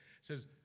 says